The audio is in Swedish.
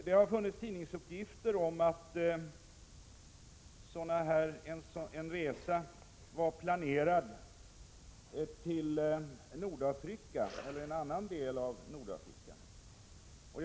Det har funnits tidningsuppgifter om att en resa var planerad till ett land i Nordafrika.